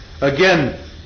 Again